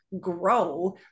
grow